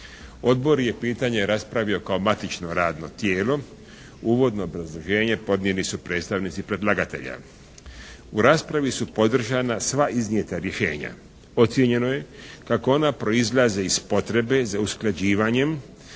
Odbor je pitanje raspravio kao matično radno tijelo. Uvodno obrazloženje podnijeli su predstavnici predlagatelja. U raspravi su podržana sva iznijeta rješenja. Ocijenjeno je kako ona proizlaze iz potrebe za usklađivanjem